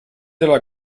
della